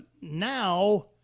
now